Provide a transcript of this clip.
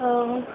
ও